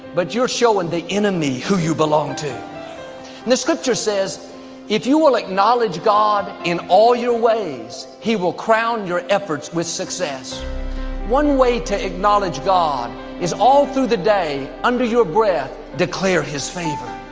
but you're showing the enemy who you belong to the scripture says if you will acknowledge god in all your ways, he will crown your efforts with success one way to acknowledge god is all through the day under your breath declare his favor